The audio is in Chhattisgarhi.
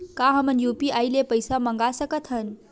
का हमन ह यू.पी.आई ले पईसा मंगा सकत हन?